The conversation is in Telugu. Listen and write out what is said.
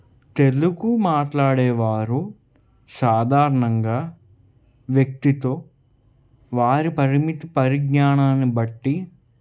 తెలుగు మాట్లాడే వారు సాధారణంగా వ్యక్తితో వారి పరిమితి పరిజ్ఞానాన్ని బట్టి